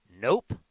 Nope